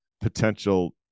potential